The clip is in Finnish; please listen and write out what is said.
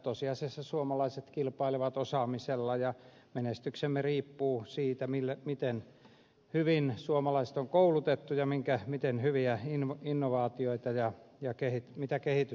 tosiasiassa suomalaiset kilpailevat osaamisella ja menestyksemme riippuu siitä miten hyvin suomalaiset on koulutettu ja miten hyviä innovaatioita ja mitä kehitystä täällä tapahtuu